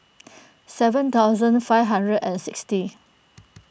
seven thousand five hundred and sixty